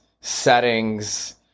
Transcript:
settings